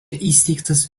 įsteigtas